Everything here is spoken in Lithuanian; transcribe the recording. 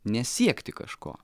nesiekti kažko